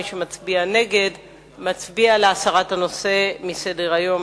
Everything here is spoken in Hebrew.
מי שמצביע נגד, מצביע להסרת הנושא מסדר-היום.